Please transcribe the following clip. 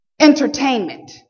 entertainment